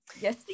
Yes